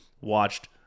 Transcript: watched